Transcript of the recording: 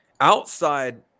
outside